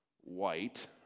white